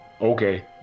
Okay